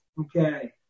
okay